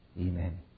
Amen